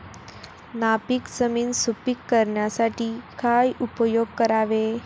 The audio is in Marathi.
नापीक जमीन सुपीक करण्यासाठी काय उपयोग करावे?